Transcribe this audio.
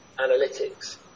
analytics